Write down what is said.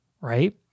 right